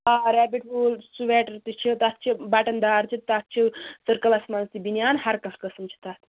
آ ریپِٹ wool sweater تہِ چھِ تَتھ چھِ بَٹَن دار چھِ تَتھ چھِ سٔرکٕلَس منٛز تہِ بنیان ہر کانٛہہ قٕسٕم چھِ تَتھ